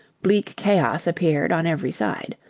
bleak chaos appeared on every side.